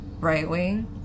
right-wing